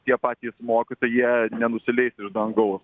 tie patys mokytojai jie nenusileis iš dangaus